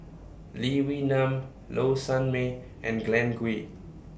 Lee Wee Nam Low Sanmay and Glen Goei